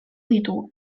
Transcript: ditugu